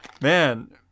man